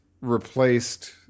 replaced